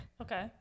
Okay